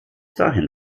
dahin